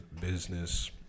business